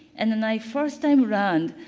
and then the first time around,